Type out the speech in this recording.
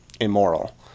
immoral